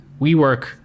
WeWork